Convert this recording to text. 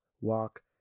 walk